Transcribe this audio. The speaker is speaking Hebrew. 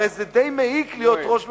הרי זה די מעיק להיות ראש ממשלה.